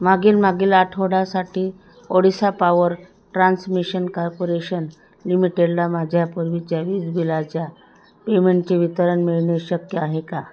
मागील मागील आठवड्यासाठी ओडिशा पॉवर ट्रान्समिशन कार्पोरेशन लिमिटेडला माझ्यापूर्वीच्या वीज बिलाच्या पेमेंटचे वितरण मिळणे शक्य आहे का